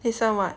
this [one] [what]